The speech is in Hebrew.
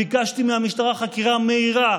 ביקשתי מהמשטרה חקירה מהירה,